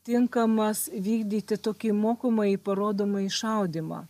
tinkamas vykdyti tokį mokomąjį parodomąjį šaudymą